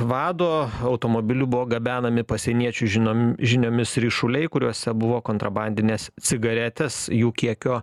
vado automobiliu buvo gabenami pasieniečių žinomi žiniomis ryšuliai kuriuose buvo kontrabandinės cigaretės jų kiekio